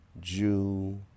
Jew